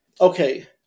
okay